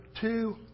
two